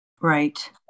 Right